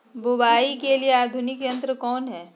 बुवाई के लिए आधुनिक यंत्र कौन हैय?